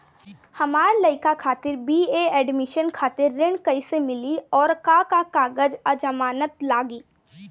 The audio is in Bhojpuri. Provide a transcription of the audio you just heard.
हमार लइका खातिर बी.ए एडमिशन खातिर ऋण कइसे मिली और का का कागज आ जमानत लागी?